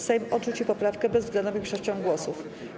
Sejm odrzucił poprawkę bezwzględną większością głosów.